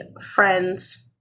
friends